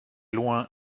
loing